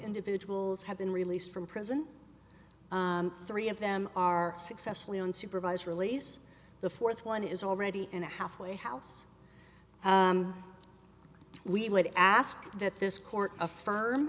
individuals have been released from prison three of them are successfully on supervised release the fourth one is already in a halfway house we would ask that this court